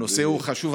הנושא חשוב,